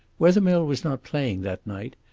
wethermill was not playing that night,